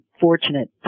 fortunate